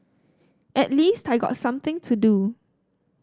at least I got something to do